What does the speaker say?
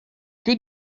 que